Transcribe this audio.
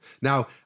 Now